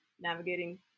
navigating